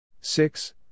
Six